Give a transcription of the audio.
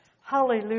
Hallelujah